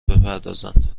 بپردازند